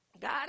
God